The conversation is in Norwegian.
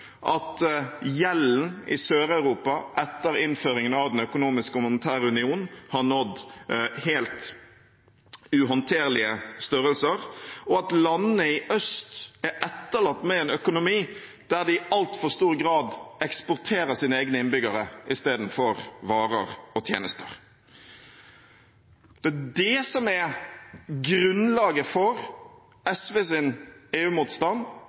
at gjelden i Sør-Europa etter innføringen av den økonomiske og monetære union har nådd helt uhåndterlige størrelser, og at landene i øst er etterlatt med en økonomi der de i altfor stor grad eksporterer sine egne innbyggere istedenfor varer og tjenester. Det er det som er grunnlaget for